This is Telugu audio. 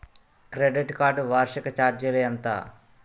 క్రెడిట్ కార్డ్ వార్షిక ఛార్జీలు ఎంత?